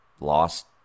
lost